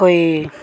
कोई